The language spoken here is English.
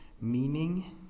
meaning